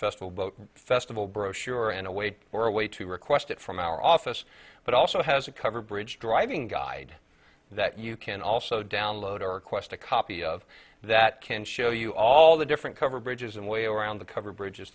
festal boat festival brochure and a weight or a way to request it from our office but also has a covered bridge driving guide that you can also download or request a copy of that can show you all the different cover bridges and way around the covered bridges